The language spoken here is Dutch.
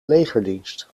legerdienst